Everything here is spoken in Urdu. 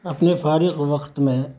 اپنے فارغ وقت میں